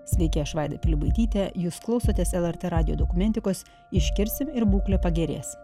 sveiki aš vaida pilibaitytė jūs klausotės lrt radijo dokumentikos išgirsim ir būklė pagerės